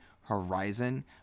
Horizon